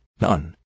none